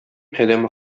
адәм